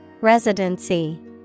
Residency